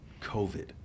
COVID